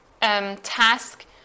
task